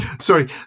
Sorry